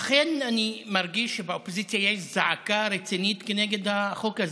אכן אני מרגיש שבאופוזיציה יש זעקה רצינית כנגד החוק הזה,